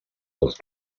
als